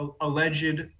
alleged